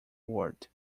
word